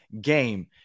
game